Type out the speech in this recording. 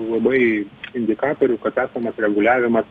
labai indikatorių kad esamas reguliavimas